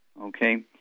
Okay